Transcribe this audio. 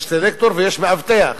יש סלקטור ויש מאבטח.